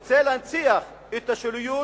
שרוצה להנציח את השוליות,